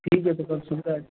ठीक है फिर कल सुबह आएँ